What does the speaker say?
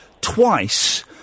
twice